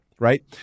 right